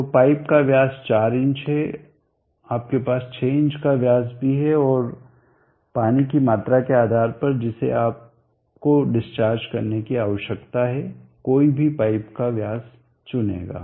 तो पाइप का व्यास 4 इंच है आपके पास 6 इंच का व्यास भी है और पानी की मात्रा के आधार पर जिसे आपको डिस्चार्ज करने की आवश्यकता है कोई भी पाइप का व्यास चुनेगा